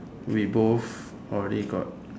we both already got